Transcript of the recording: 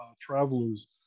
travelers